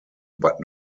but